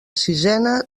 sisena